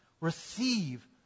receive